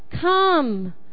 Come